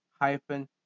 hyphen